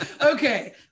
okay